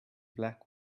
black